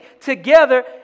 together